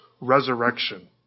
resurrection